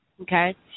okay